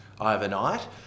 overnight